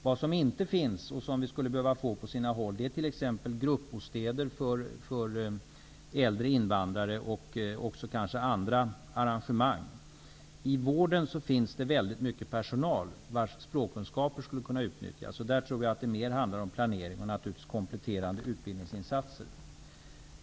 Vad som inte finns men som faktiskt skulle behövas på sina håll är t.ex. gruppbostäder för äldre invandrare och också andra arrangemang. Inom vården finns det väldigt mycket personal vars språkkunskaper skulle kunna utnyttjas. Där tror jag att det mer handlar om planering och naturligtvis kompletterande utbildningsinsatser.